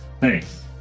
Thanks